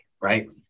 right